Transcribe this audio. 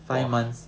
!wah!